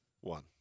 One